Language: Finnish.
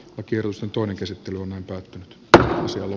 kaikki rusentuina käsittely on antanut kausi oli